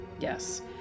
Yes